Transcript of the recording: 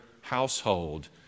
household